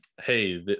hey